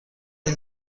این